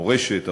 מורשת,